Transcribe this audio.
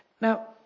now